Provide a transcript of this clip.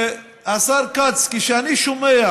השר כץ, כשאני שומע